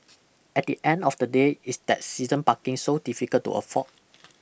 at the end of the day is that season parking so difficult to afford